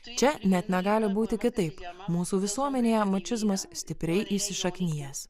čia net negali būti kitaip tema mūsų visuomenėje marksizmas stipriai įsišaknijęs